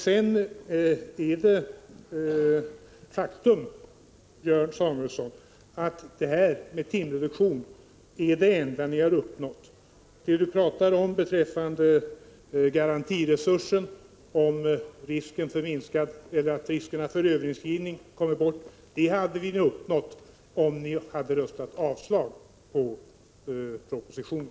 Sedan är det ett faktum, Björn Samuelson, att överenskommelsen om timreduktionen är det enda ni har uppnått. Det som Björn Samuelson talar 179 om beträffande garantiresurser och minskning av riskerna för överinskrivning hade vi kunnat uppnå, om ni hade röstat för avslag på propositionen.